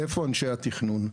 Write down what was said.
איפה אנשי התכנון,